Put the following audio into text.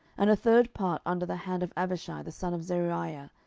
and a third part under the hand of abishai the son of zeruiah,